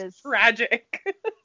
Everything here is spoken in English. Tragic